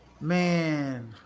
Man